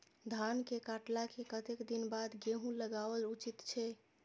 धान के काटला के कतेक दिन बाद गैहूं लागाओल उचित छे?